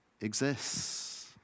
exists